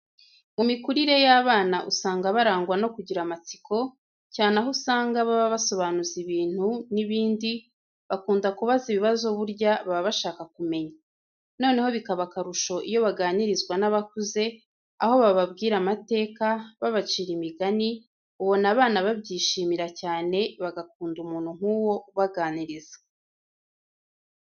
Mu mikurire y'abana usanga barangwa no kugira amatsiko, cyane aho usanga baba basobanuza ibintu n'ibindi, bakunda kubaza ibibazo burya baba bashaka kumenya. Noneho bikaba akarusho iyo baganirizwa n'abakuze, aho bababwira amateka, babacira imigani ubona abana babyishimira cyane bagakunda umuntu nk'uwo ubaganiriza.